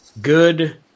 good